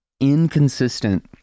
inconsistent